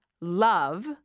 love